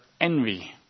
envy